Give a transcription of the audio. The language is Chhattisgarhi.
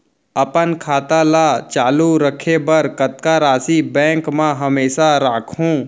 अपन खाता ल चालू रखे बर कतका राशि बैंक म हमेशा राखहूँ?